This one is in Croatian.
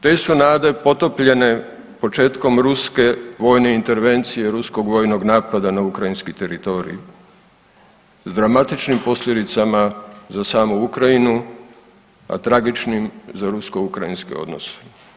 Te su nade potopljene početkom ruske vojne intervencije i ruskog vojnog napada na ukrajinski teritorij s dramatičnim posljedicama za samu Ukrajinu, a tragičnim za rusko-ukrajinske odnose.